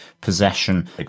possession